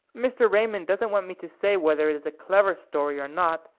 mr. raymond doesn't want me to say whether it is a clever story or not,